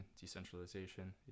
decentralization